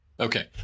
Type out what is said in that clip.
Okay